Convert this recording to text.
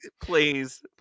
Please